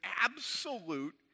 absolute